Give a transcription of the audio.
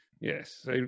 Yes